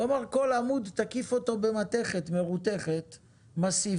הוא אמר: תקיף כל עמוד במתכת מרותכת מסיבית,